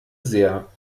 sehr